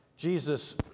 Jesus